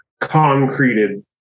concreted